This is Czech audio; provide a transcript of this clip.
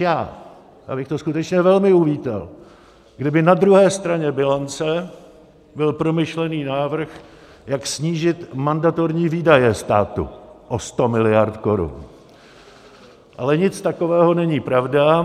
Já bych to skutečně velmi uvítal, kdyby na druhé straně bilance byl promyšlený návrh, jak snížit mandatorní výdaje státu o 100 miliard korun, ale nic takového není pravda.